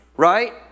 Right